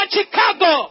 Chicago